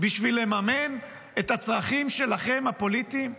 בשביל לממן את הצרכים הפוליטיים שלהם?